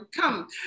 come